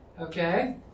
Okay